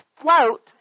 float